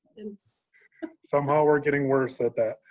and somehow we're getting worse at that.